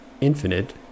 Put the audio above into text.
infinite